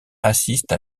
assiste